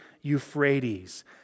Euphrates